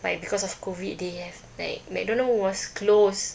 like because of COVID they have like McDonald was close